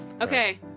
Okay